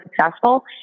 successful